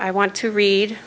i want to read